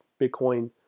Bitcoin